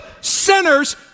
sinners